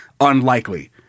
unlikely